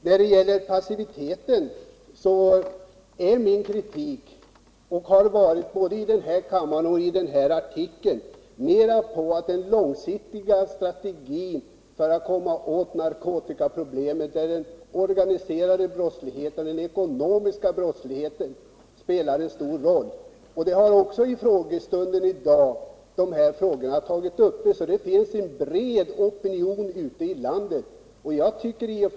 I vad gäller frågan om passiviteten avser min kritik — den har jag framfört både här i kammaren och i tidningsartikeln — avsaknaden av en långsiktig strategi för att komma till rätta med narkotikaproblemen. I det sammanhanget spelar den organiserade ekonomiska brottsligheten en stor roll — problemen i samband med denna har ju behandlats också vid frågestunden i dag. Det finns en bred opinion ute i landet mot de förhållanden som råder på det här området.